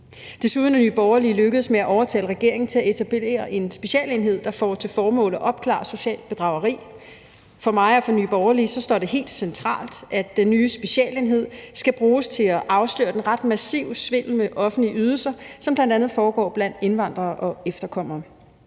Desuden er Nye Borgerlige lykkedes med at overtale regeringen til at etablere en specialenhed, der får til formål at opklare socialt bedrageri. For mig og for Nye Borgerlige står det helt centralt, at den nye specialenhed skal bruges til at afsløre den ret massive svindel med offentlige ydelser, som bl.a. foregår blandt indvandrere og efterkommere.